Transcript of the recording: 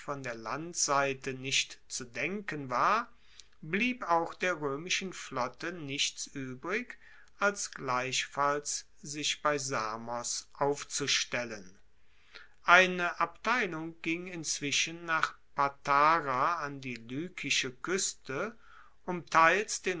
der landseite nicht zu denken war blieb auch der roemischen flotte nichts uebrig als gleichfalls sich bei samos aufzustellen eine abteilung ging inzwischen nach patara an die lykische kueste um teils